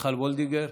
מיכל וולדיגר,